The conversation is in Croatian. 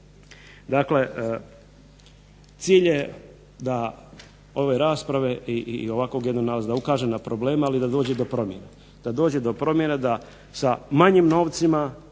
Dakle, cilj je ove rasprave i ovakvog jednog nalaza da ukaže na probleme ali da dođe do promjene, da dođe do promjene da sa manjim novcima